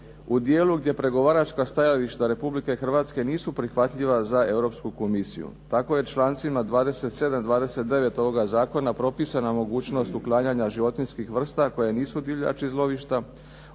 u dijelu gdje pregovaračka stajališta Republike Hrvatske nisu prihvatljiva za Europsku komisiju. Tako je člancima 27., 29. ovoga zakona propisana mogućnost uklanjanja životinjskih vrsta koje nisu divljač iz lovišta,